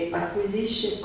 acquisisce